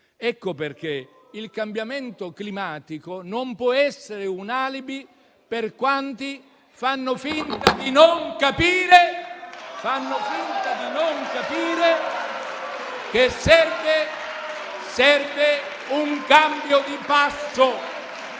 Ecco perché il cambiamento climatico non può essere un alibi per quanti fanno finta di non capire che serve un cambio di passo!